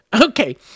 Okay